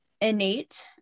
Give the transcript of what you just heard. innate